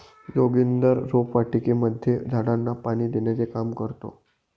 जोगिंदर रोपवाटिकेमध्ये झाडांना पाणी देण्याचे काम करतो